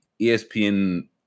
ESPN